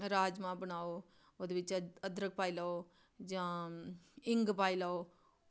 राजमांह् बनाओ ओह्दे बिच अदरक पाई लैओ जां हींग पाई लैओ